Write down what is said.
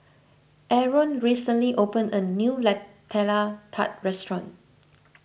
Aron recently opened a new Nutella Tart restaurant